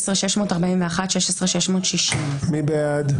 16,361 עד 16,380. מי בעד?